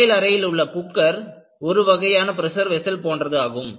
சமையலறையிலுள்ள cooker ஒரு வகையான pressure vessel போன்றதாகும்